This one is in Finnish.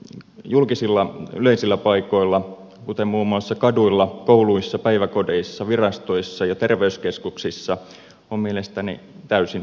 burkakielto julkisilla yleisillä paikoilla kuten muun muassa kaduilla kouluissa päiväkodeissa virastoissa ja terveyskeskuksissa on mielestäni täysin perusteltu